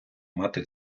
мати